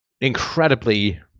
incredibly